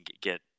get